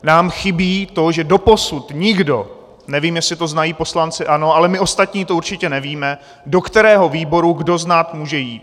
Nám chybí to, že doposud nikdo, nevím, jestli to znají poslanci ANO, ale my ostatní to určitě nevíme, do kterého výboru kdo z nás může jít.